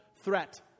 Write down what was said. threat